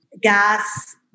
gas